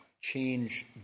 change